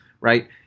right